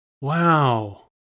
Wow